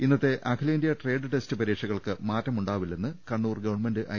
ഇന്നത്തെ അഖി ലേന്ത്യാ ട്രേഡ് ടെസ്റ്റ് പരീക്ഷകൾക്ക് മാറ്റമുണ്ടാവില്ലെന്ന് കണ്ണൂർ ഗവൺമെന്റ് ഐ